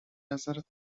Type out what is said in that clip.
نظرت